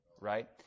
right